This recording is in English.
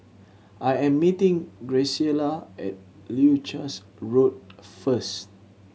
I am meeting Graciela at Leuchars Road first